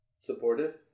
supportive